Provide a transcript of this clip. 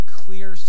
clear